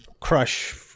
crush